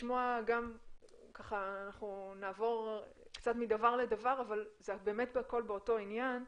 אנחנו נעבור קצת מדבר לדבר אבל באמת הכל באותו עניין,